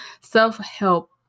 self-help